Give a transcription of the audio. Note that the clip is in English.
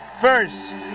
first